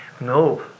No